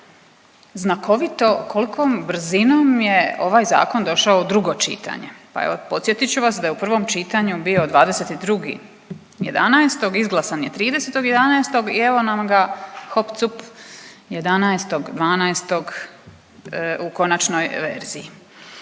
znakovito kolikom brzinom je ovaj Zakon došao u drugo čitanje, pa evo, podsjetit ću vas da je u prvom čitanju bio 22.11., izglasan je 30.11. i evo nam ga, hop cup 11.12. u konačnoj verziji.